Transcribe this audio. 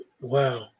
Wow